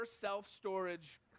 self-storage